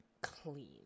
clean